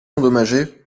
endommagée